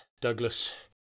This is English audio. Douglas